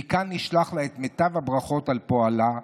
מכאן נשלח לה את מיטב הברכות על פועלה,